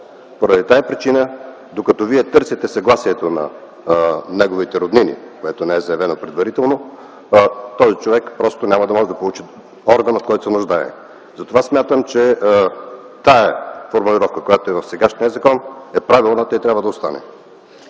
бъде спасен. Докато вие търсите съгласието на неговите роднини, поради тази причина, че то не е заявено предварително, този човек просто няма да може да получи органа, от който се нуждае. Затова смятам, че тази формулировка, която е в сегашния закон, е правилната и трябва да остане.